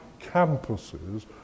campuses